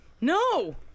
No